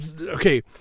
Okay